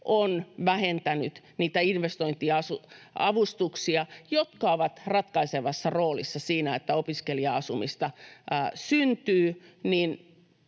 on vähentänyt niitä investointiavustuksia, jotka ovat ratkaisevassa roolissa siinä, että opiskelija-asumista syntyy,